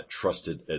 trusted